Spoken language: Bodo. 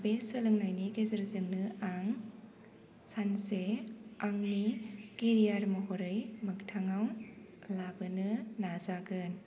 बे सोलोंनायनि गेजेरजोंनो आं सानसे आंनि केरियार महरै मोगथाङाव लाबोनो नाजागोन